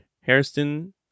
Harrison